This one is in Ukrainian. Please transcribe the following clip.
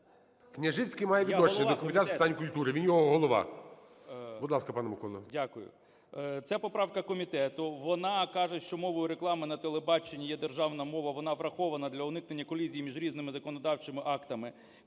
Княжицький має відношення до Комітету з питань культури. Він його голова. Будь ласка, пане Миколо. КНЯЖИЦЬКИЙ М.Л. Дякую. Це поправка комітету, вона каже, що мовою реклами на телебаченні є державна мова. Вона врахована для уникнення колізій між різними законодавчими актами.